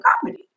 comedy